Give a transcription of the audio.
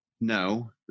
no